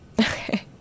Okay